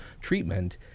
treatment